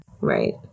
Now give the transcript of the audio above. right